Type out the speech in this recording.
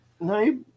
No